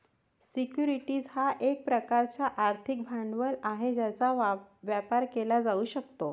securities हा एक प्रकारचा आर्थिक भांडवल आहे ज्याचा व्यापार केला जाऊ शकतो